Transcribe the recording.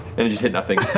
and it hit hit nothing.